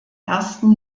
ersten